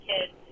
kids